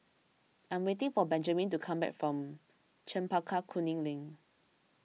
I am waiting for Benjaman to come back from Chempaka Kuning Link